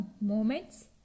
moments